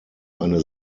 eine